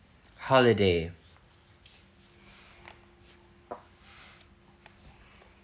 holiday